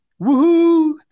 Woohoo